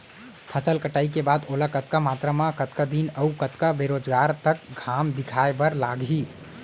फसल कटाई के बाद ओला कतका मात्रा मे, कतका दिन अऊ कतका बेरोजगार तक घाम दिखाए बर लागही?